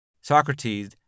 Socrates